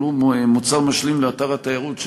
אבל הוא מוצר משלים לאתר התיירות,